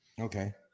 Okay